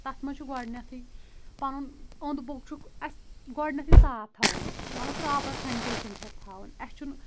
تَتھ منٛز چھُ گۄڈنٮ۪تھے پَنُن اوٚنٛد پوٚک چھُ اسہِ گۄڈنٮ۪تھے صاف تھاوُن مطلَب پرٛوپَر سٮ۪نٹیشن چھِ اسہِ تھاوٕنۍ اسہِ چھُ نہٕ